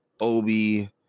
Obi